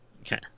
Okay